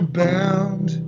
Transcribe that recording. bound